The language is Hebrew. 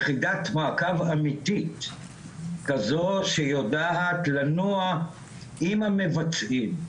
יחידת מעקב אמיתית כמו שיודעת לנוע עם המבצעים,